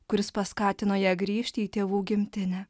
kuris paskatino ją grįžti į tėvų gimtinę